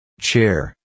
Chair